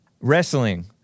Wrestling